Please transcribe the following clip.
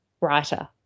writer